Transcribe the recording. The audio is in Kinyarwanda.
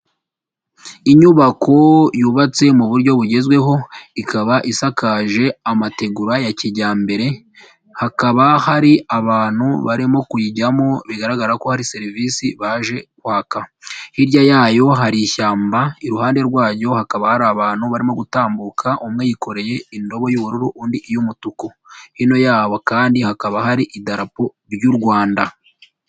Inyubako yubatse mu buryo bugezweho ikaba isakaje amategura ya kijyambere hakaba hari abantu barimo kuyijyamo bigaragara ko hari serivisi baje kwaka, hirya yayo hari ishyamba, iruhande rwayo hakaba hari abantu barimo gutambuka umwe yikoreye indobo y'ubururu undi iy'umutuku, hino yabo kandi hakaba hari idarapo ry'u Rwanda.